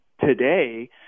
today